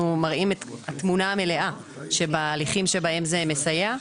מראים את התמונה המלאה שבהליכים שבהם זה מסייע,